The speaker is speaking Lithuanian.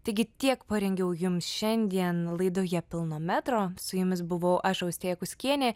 taigi tiek parengiau jums šiandien laidoje pilno metro su jumis buvau aš austėja kuskienė